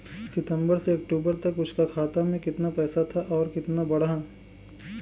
सितंबर से अक्टूबर तक उसका खाता में कीतना पेसा था और कीतना बड़ा?